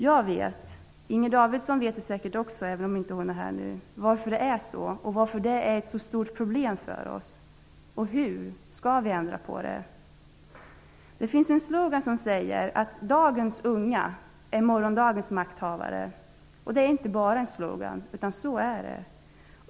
Jag vet -- Inger Davidson vet det säkert också, även om hon inte är här nu -- varför det är så och varför det är ett stort problem för oss. Hur skall vi ändra på det? Det finns en slogan som säger att dagens unga är morgondagens makthavare. Det är inte bara en slogan, så är det.